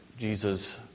Jesus